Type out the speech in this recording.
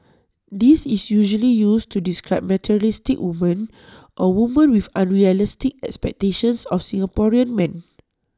this is usually used to describe materialistic women or women with unrealistic expectations of Singaporean men